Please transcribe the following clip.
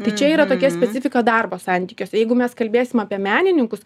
tai čia yra tokia specifika darbo santykiuose jeigu mes kalbėsim apie menininkus